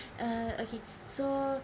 uh okay so